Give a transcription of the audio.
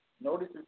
Notice